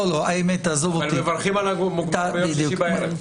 אבל מברכים על המוגמר ביום שישי בערב.